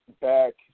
back